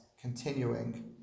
continuing